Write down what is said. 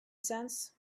cents